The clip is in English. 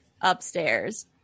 upstairs